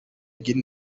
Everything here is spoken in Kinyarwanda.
guinea